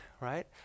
right